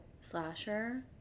slasher